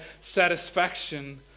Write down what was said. satisfaction